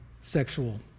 sexual